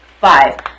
Five